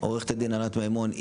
עורכת הדין ענת מימון.